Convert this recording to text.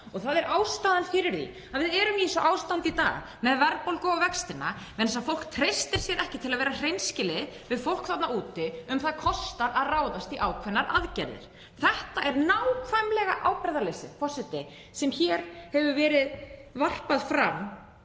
Það er ástæðan fyrir því að við erum í þessu ástandi í dag með verðbólguna og vextina, vegna þess að fólk treystir sér ekki til að vera hreinskilið við fólk þarna úti um að það kostar að ráðast í ákveðnar aðgerðir. Þetta er nákvæmlega ábyrgðarleysið, forseti, sem hér hefur verið varpað fram